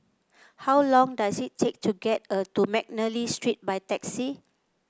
how long does it take to get a to McNally Street by taxi